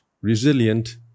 resilient